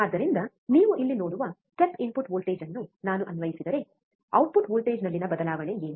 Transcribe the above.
ಆದ್ದರಿಂದ ನೀವು ಇಲ್ಲಿ ನೋಡುವ ಸ್ಟೆಪ್ ಇನ್ಪುಟ್ ವೋಲ್ಟೇಜ್ ಅನ್ನು ನಾನು ಅನ್ವಯಿಸಿದರೆ ಔಟ್ಪುಟ್ ವೋಲ್ಟೇಜ್ನಲ್ಲಿನ ಬದಲಾವಣೆ ಏನು